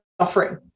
suffering